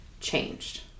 changed